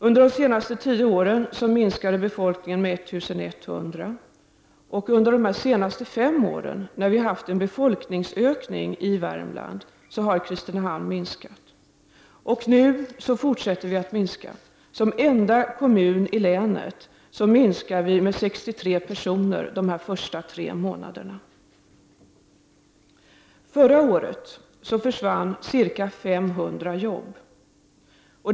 Under de senaste tio åren har kommunens befolkning minskat med 1 100 personer. Under de senaste fem åren — när det har varit en befolkningsökning i Värmland — har Kristinehamns befolkningsmängd fortsatt att minska. Som enda kommun i länet har Kristinehamns befolkning minskat med 63 personer under de tre första månaderna i år. Förra året försvann ca 500 arbeten.